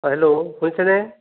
অঁ হেল্ল' শুনিছেনে